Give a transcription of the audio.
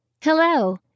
Hello